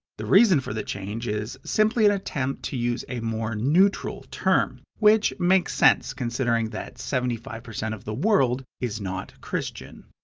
the reason for the change is simply an attempt to use a more neutral term, which makes sense considering that seventy five percent of the world is not christian.